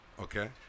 okay